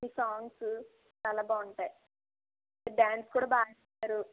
మీ songs చాలా బాగుంటాయి dance కూడా బాగా చేస్తారు